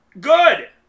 Good